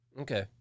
Okay